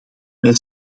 wij